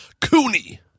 Cooney